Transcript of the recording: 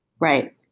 Right